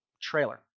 trailer